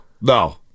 No